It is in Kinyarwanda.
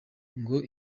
ngo